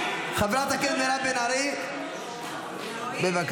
חבר הכנסת מירב בן ארי, בבקשה.